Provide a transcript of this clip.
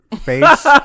face